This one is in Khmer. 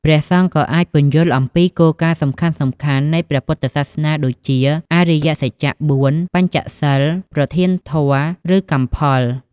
ព្រះសង្ឃក៏អាច ពន្យល់អំពីគោលការណ៍សំខាន់ៗនៃព្រះពុទ្ធសាសនា ដូចជា អរិយសច្ច៤ បញ្ចសីល ប្រធានធម៌ ឬកម្មផល។